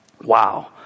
Wow